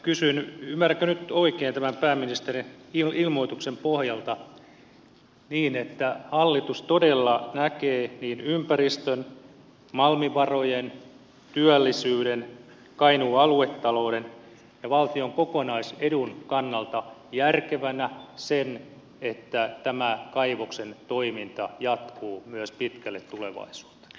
ymmärränkö nyt oikein tämän pääministerin ilmoituksen pohjalta niin että hallitus todella näkee niin ympäristön malmivarojen työllisyyden kainuun aluetalouden kuin valtion kokonaisedun kannalta järkevänä sen että tämä kaivoksen toiminta jatkuu myös pitkälle tulevaisuuteen